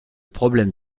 problème